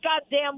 goddamn